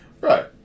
Right